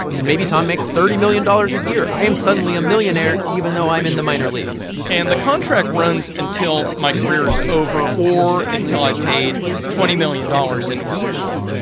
and maybe tom makes thirty million dollars a year. i am suddenly a millionaire even though i'm in the minor leagues and the contract runs until my career is over or until i've paid twenty million dollars into our pool.